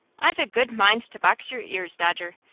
i've a good mind to box your ears, dodger.